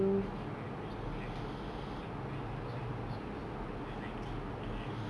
like if you are used to like eating somewhere that is like more expensive then you like like the food there